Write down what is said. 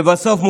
לבסוף,